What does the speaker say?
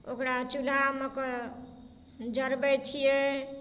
ओकरा चूल्हामे कऽ जरबै छियै